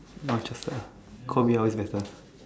not interested ah Kobe always better